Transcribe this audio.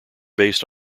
based